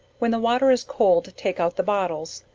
when the water is cold take out the bottles,